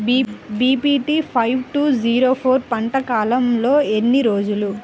BPT five two zero four పంట కాలంలో ఎన్ని రోజులు?